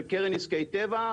של קרן נזקי טבע,